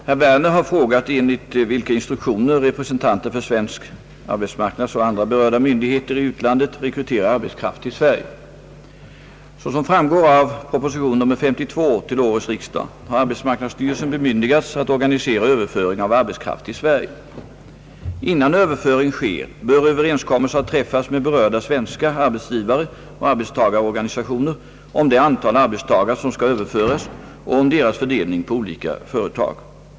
Herr talman! Herr Werner har frågat enligt vilka instruktioner representanter för svenska arbetsmarknadsoch andra berörda myndigheter i utlandet rekryterar arbetskraft till Sverige. Såsom framgår av proposition nr 52 till årets riksdag har arbetsmarknadsstyrelsen bemyndigats att organisera överföring av arbetskraft till Sverige. Innan överföring sker bör överenskommelse ha träffats med berörda svenska arbetsgivaroch arbetstagarorganisationer om det antal arbetstagare som skall överföras och om deras fördelning på olika företag.